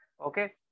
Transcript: Okay